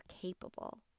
capable